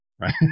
right